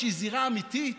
שהיא זירה אמיתית,